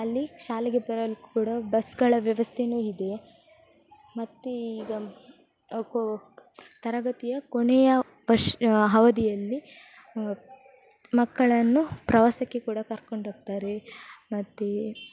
ಅಲ್ಲಿ ಶಾಲೆಗೆ ಬರಲು ಕೂಡ ಬಸ್ಗಳ ವ್ಯವಸ್ಥೆಯೂ ಇದೆ ಮತ್ತೆ ಈಗ ಕೊ ತರಗತಿಯ ಕೊನೆಯ ಪಶ್ ಅವಧಿಯಲ್ಲಿ ಮಕ್ಕಳನ್ನು ಪ್ರವಾಸಕ್ಕೆ ಕೂಡ ಕರ್ಕೊಂಡೋಗ್ತಾರೆ ಮತ್ತೆ